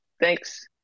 Thanks